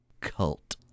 cult